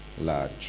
Large